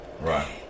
Right